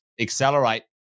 accelerate